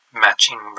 Matching